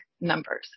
numbers